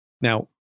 Now